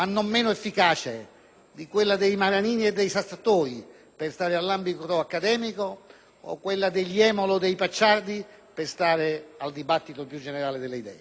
di quella dei Maranini e dei Sartori, per restare nell'ambito accademico, o di quella degli Jemolo o dei Pacciardi, per far riferimento al dibattito più generale delle idee.